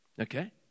Okay